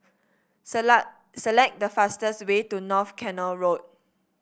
select the fastest way to North Canal Road